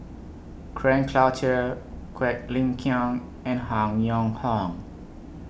Frank Cloutier Quek Ling Kiong and Han Yong Hong